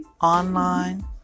online